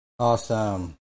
Awesome